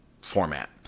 format